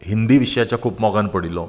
हिंदी विशयाच्या खूब मोगान पडिल्लो